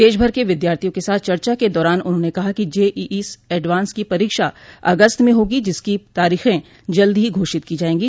देशभर के विद्यार्थियो के साथ चर्चा के दौरान उन्होंन कहा कि जे ई ई एडवांस की परीक्षा अगस्त में होगी जिसकी तारीखें जल्दी ही घोषित की जाएंगी